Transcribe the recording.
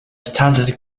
standard